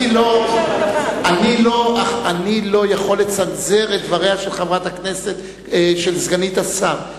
אני לא יכול לצנזר את דבריה של סגנית השר.